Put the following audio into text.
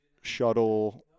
shuttle